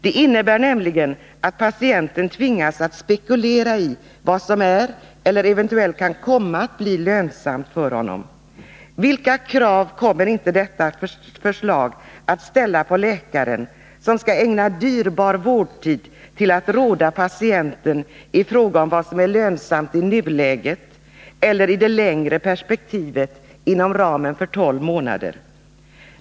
Det innebär nämligen att patienten tvingas spekulera i vad som är eller eventuellt kan komma att bli lönsamt för honom. Vilka krav kommer inte detta förslag att ställa på läkaren, som skall ägna dyrbar vårdtid åt att råda patienten i fråga om vad som är lönsamt i nuläget och i det längre perspektivet inom ramen för tolv månader!